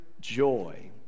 joy